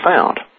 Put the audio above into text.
found